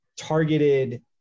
targeted